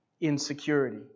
insecurity